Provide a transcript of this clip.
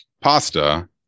pasta